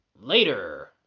later